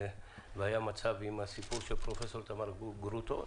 אני מדבר על הסיפור של פרופ' איתמר גרוטו.